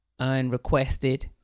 unrequested